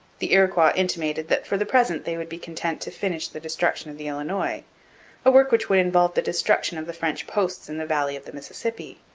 the iroquois intimated that for the present they would be content to finish the destruction of the illinois a work which would involve the destruction of the french posts in the valley of the mississippi.